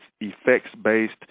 effects-based